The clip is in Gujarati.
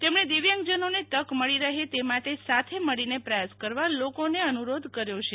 તેમણે દિવ્યાંગજનોને તક મળી રહે તે માટે સાથે મળી ને પ્રયાસ કરવા લોકોને અનુરોધ કર્યો છે